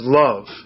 love